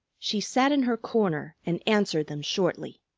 she sat in her corner and answered them shortly.